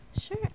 Sure